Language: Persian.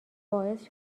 باعث